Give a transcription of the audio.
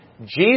Jesus